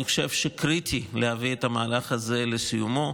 אני חושב שקריטי להביא את המהלך הזה לסיומו,